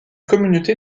communauté